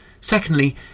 Secondly